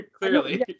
Clearly